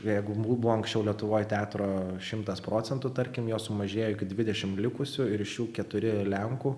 jeigu buvo anksčiau lietuvoj teatro šimtas procentų tarkim jo sumažėjo iki dvidešimt likusių ir iš jų keturi lenkų